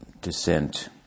descent